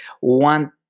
one